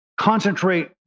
concentrate